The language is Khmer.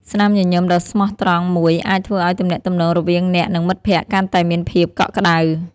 ស្នាមញញឹមដ៏ស្មោះត្រង់មួយអាចធ្វើឲ្យទំនាក់ទំនងរវាងអ្នកនិងមិត្តភក្តិកាន់តែមានភាពកក់ក្តៅ។